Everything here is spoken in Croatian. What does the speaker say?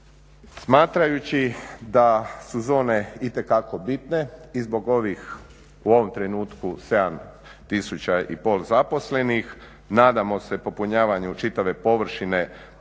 Smatrajući da su zone itekako bitne i zbog ovih u ovom trenutku 7,5 tisuća zaposlenih nadamo se popunjavanju čitave površine pa